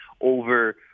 over